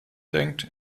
denkt